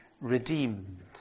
redeemed